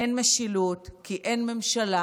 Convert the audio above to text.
אין משילות כי אין ממשלה,